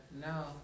no